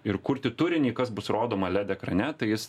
ir kurti turinį kas bus rodoma led ekrane tai jis